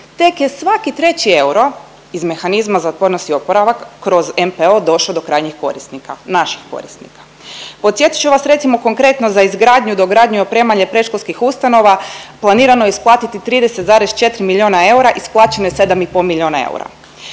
tek je svaki treći euro iz mehanizma za otpornost i oporavak kroz MPO došao do krajnjih korisnika, naših korisnika. Podsjetit ću vas recimo konkretno za izgradnju, dogradnju i opremanje predškolskih ustanova planirano je isplatiti 30,4 milijona eura, isplaćeno je 7 i pol milijona eura.